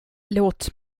låt